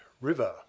river